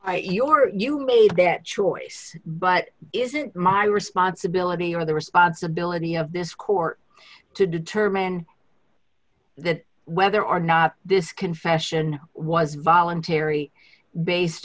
or you made bad choice but isn't my responsibility or the responsibility of this court to determine that whether or not this confession was voluntary based